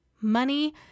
money